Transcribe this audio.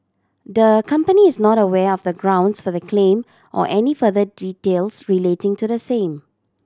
the company is not aware of the grounds for the claim or any further details relating to the same